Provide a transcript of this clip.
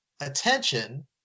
attention